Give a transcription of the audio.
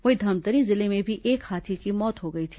वहीं धमतरी जिले में भी एक हाथी की मौत हो गई थी